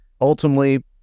Ultimately